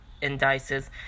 indices